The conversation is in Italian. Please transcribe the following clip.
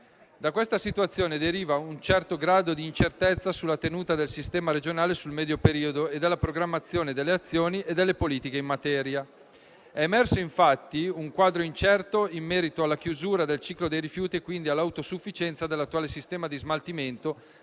Da questa situazione deriva un certo grado di incertezza sulla tenuta del sistema regionale nel medio periodo e sulla programmazione delle azioni e delle politiche in materia. È emerso infatti un quadro incerto in merito alla chiusura del ciclo dei rifiuti e quindi all'autosufficienza dell'attuale sistema di smaltimento,